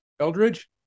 Eldridge